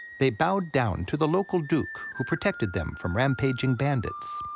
they bowed down to the local duke, who protected them from rampaging bandits.